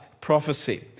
prophecy